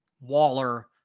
Waller